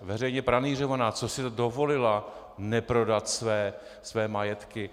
Veřejně pranýřovaná, co si dovolila neprodat své majetky!